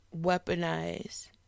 weaponize